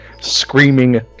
screaming